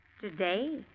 Today